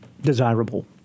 desirable